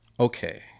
Okay